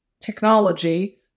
technology